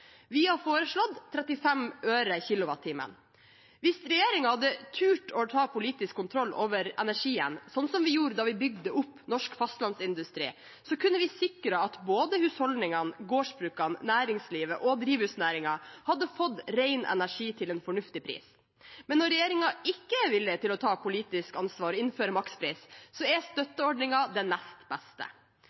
Vi har foreslått 35 øre per kWh. Hvis regjeringen hadde turt å ta politisk kontroll over energien, slik vi gjorde da vi bygde opp norsk fastlandsindustri, kunne vi sikret at både husholdningene, gårdsbrukene, næringslivet og drivhusnæringen hadde fått ren energi til en fornuftig pris. Men når regjeringen ikke er villig til å ta politisk ansvar og innføre makspris, er støtteordninger det nest